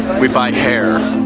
we buy hair.